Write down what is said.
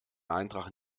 eintrag